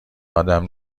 آدم